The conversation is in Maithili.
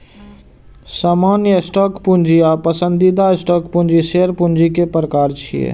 सामान्य स्टॉक पूंजी आ पसंदीदा स्टॉक पूंजी शेयर पूंजी के प्रकार छियै